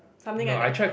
something like that